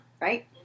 right